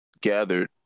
gathered